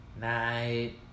night